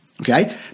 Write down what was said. Okay